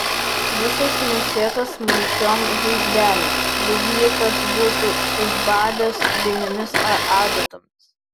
visas nusėtas smulkiom žaizdelėm lyg jį kas būtų subadęs vinimis ar adatomis